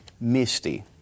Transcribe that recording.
Misty